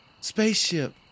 spaceship